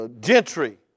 Gentry